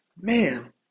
Man